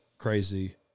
crazy